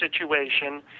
situation